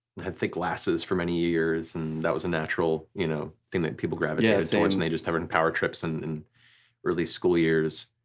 had thick glasses for many years and that was a natural you know thing that people gravitated towards and they were just having power trips in early school years.